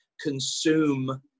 consume